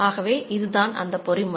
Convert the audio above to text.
ஆகவே இது தான் அந்த பொறிமுறை